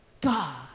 God